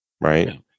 right